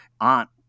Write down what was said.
aunt